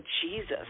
Jesus